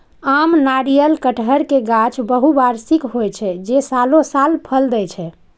आम, नारियल, कहटर के गाछ बहुवार्षिक होइ छै, जे सालों साल फल दै छै